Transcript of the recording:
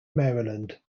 maryland